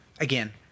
Again